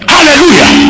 Hallelujah